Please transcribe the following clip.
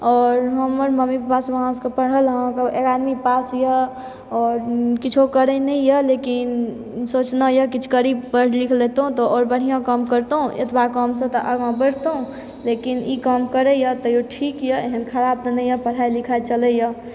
आओर हमर मम्मी पप्पासभ अहाँसभके पढ़ल हेँ एगारहवीँ पास यए आओर किछो करैत नहि यए लेकिन सोचने यए किछु करी पढ़ि लिखि लैतहुँ तऽ आओर बढ़िआँ काम करितहुँ एतबहि कमसँ कम तऽ आगाँ बढ़ितहुँ लेकिन ई काम करैे तैओ ठीक यए एहन खराब तऽ नहि यए पढ़ाइ लिखाइ चलैए